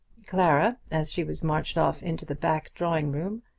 clara, as she was marched off into the back drawing-room,